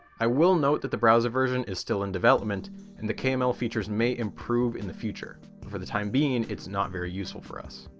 i will note that the browser version is still in development and the kml features may improve in the future, but for the time being it's not very useful for us.